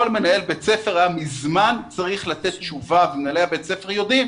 כל מנהל בית ספר היה מזמן צריך לתת תשובה ומנהלי בתי הספר יודעים